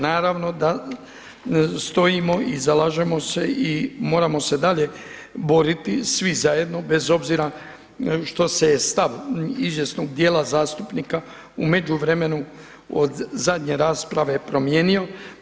Naravno da stojimo i zalažemo se i moramo se dalje boriti svi zajedno bez obzira što se je stav izvjesnog djela zastupnika u međuvremenu od zadnje rasprave promijenio.